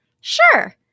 Sure